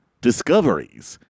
Discoveries